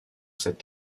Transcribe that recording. cet